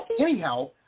Anyhow